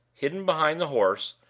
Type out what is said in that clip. hidden behind the horse,